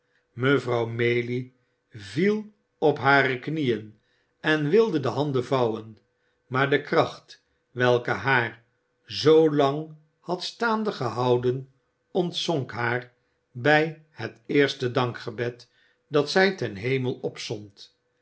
mevrouw maylie viel op hare knieën en wilde de handen vouwen maar de kracht welke haar zoolang had staande gehouden ontzonk haar bij het eerste dankgebed dat zij ten hemel opzond